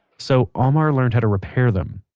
so amar learned how to repair them.